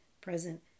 present